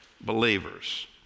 believers